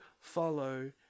follow